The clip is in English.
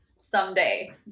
someday